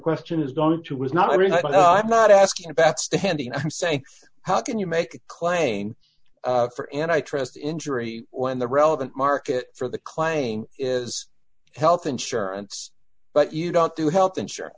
question is going to was not i mean i'm not asking about standing i'm saying how can you make a claim for and i trust injury when the relevant market for the claim is health insurance but you don't do health insurance